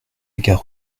gare